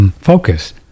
focus